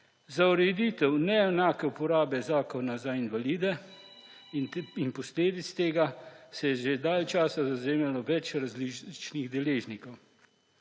Za ureditev neenake uporabe zakona za invalide in posledic tega se je že dalj časa zavzemalo več različnih deležnikov,